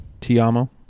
Tiamo